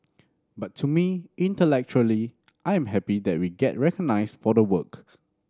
but to me intellectually I am happy that we get recognised for the work